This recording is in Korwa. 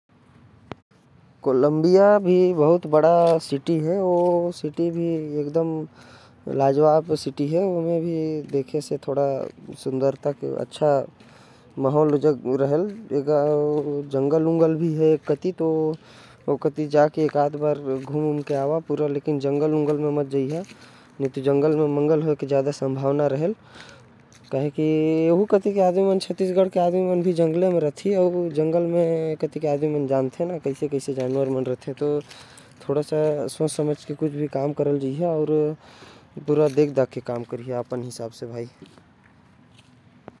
कोलंबिया भी एक ठे बड़का देश हवे अउ लाजवाब देश हवे। वहा एक कति जंगलो हवे अउ सुघर सुघर जगह भी हवे। तो ओ सब तै जा के घुम सकत ह।